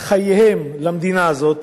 חייהם למדינה הזאת